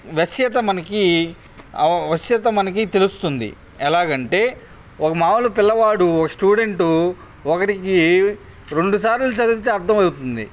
వశ్యత మనకి ఆ వశ్యత మనకి తెలుస్తుంది ఎలాగ అంటే ఒక మామూలు పిల్లవాడు స్టూడెంటు ఒకడికి రెండుసార్లు చదివితే అర్థమవుతుంది